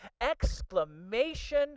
exclamation